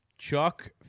Chuck